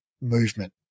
movement